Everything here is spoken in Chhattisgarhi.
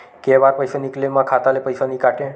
के बार पईसा निकले मा खाता ले पईसा नई काटे?